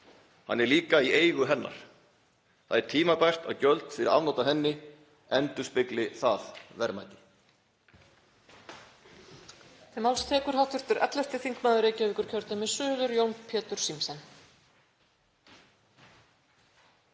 Hann er líka í eigu hennar. Það er tímabært að gjöld fyrir afnot af henni endurspegli það verðmæti.